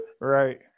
Right